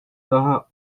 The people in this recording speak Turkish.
daha